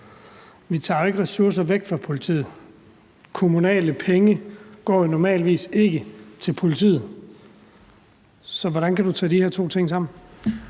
Vi tager jo ikke ressourcer væk fra politiet. Kommunale penge går jo normalvis ikke til politiet. Så hvordan kan du tage de her to ting sammen?